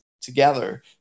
together